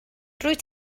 rwyt